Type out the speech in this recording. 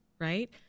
right